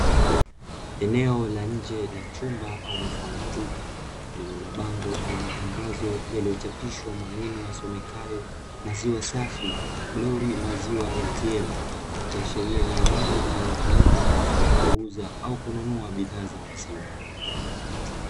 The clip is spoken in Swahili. Eneo la nje ya chumba au mfano wa duka lenye mabango au matangazo yaliyochapishwa maneno yasomekayo maziwa safi, Glory maziwa ¨ATM¨ ikiashiria ni eneo linalotumika kwa ajili ya kuuza au kununua bidhaa za maziwa.